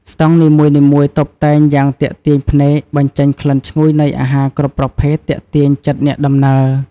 ស្តង់នីមួយៗតុបតែងយ៉ាងទាក់ទាញភ្នែក បញ្ចេញក្លិនឈ្ងុយនៃអាហារគ្រប់ប្រភេទទាក់ទាញចិត្តអ្នកដំណើរ។